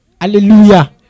Hallelujah